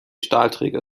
stahlträger